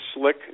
slick